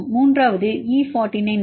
மூன்றாவது E49V